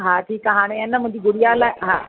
हा ठीकु आहे हाणे आहे न मुंहिंजी गुड़िया लाइ